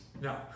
No